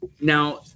now